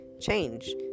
change